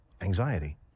anxiety